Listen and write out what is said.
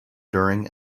during